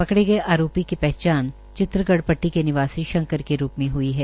पकडे गये आरोपी की पहचान चितरगढ़ पट्टी के निवासी शंकर के रूप में हई है